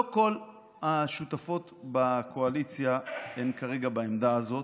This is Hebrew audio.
לא כל השותפות בקואליציה הן כרגע בעמדה הזאת.